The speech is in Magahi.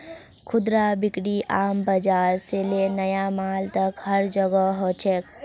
खुदरा बिक्री आम बाजार से ले नया मॉल तक हर जोगह हो छेक